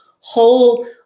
whole